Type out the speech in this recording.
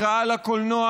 היא רעה לקולנוע,